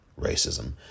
racism